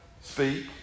speak